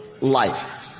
life